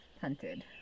hunted